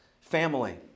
family